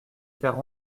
faire